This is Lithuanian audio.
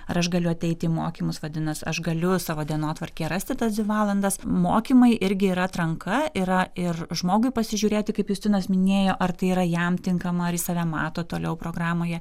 ar aš galiu ateiti į mokymus vadinas aš galiu savo dienotvarkėje rasti tas dvi valandas mokymai irgi yra atranka yra ir žmogui pasižiūrėti kaip justinas minėjo ar tai yra jam tinkama ar jis save mato toliau programoje